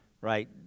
right